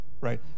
right